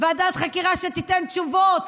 ועדת חקירה שתיתן תשובות